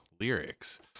lyrics